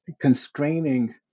constraining